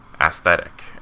aesthetic